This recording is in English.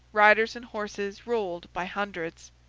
riders and horses rolled by hundreds.